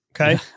Okay